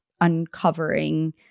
uncovering